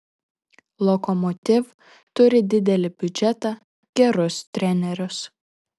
lokomotiv turi didelį biudžetą gerus trenerius